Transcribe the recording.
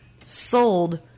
sold